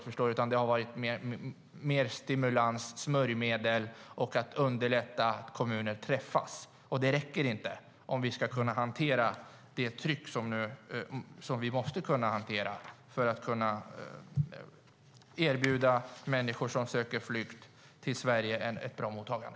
Det har mer handlat om stimulans, smörjmedel och att underlätta för kommuner att träffas. Men det räcker inte om vi ska kunna hantera det tryck som vi måste kunna hantera för att erbjuda människor som flyr till Sverige ett bra mottagande.